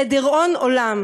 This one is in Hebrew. לדיראון עולם.